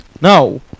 No